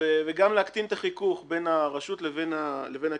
וגם להקטין את החיכוך בין הרשות לבין הקיבוצים,